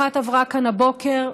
אחת עברה כאן הבוקר,